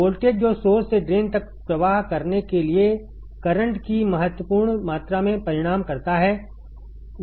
voltage जो source से drain तक प्रवाह करने के लिए करंट की महत्वपूर्ण मात्रा में परिणाम करता है